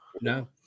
No